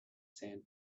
sand